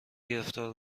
گرفتار